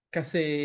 Kasi